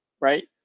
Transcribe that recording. right